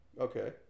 Okay